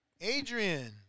Adrian